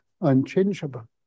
unchangeable